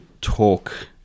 talk